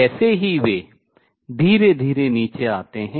जैसे ही वे धीरे धीरे नीचे आते हैं